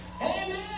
Amen